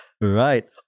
Right